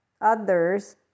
others